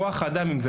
אם זה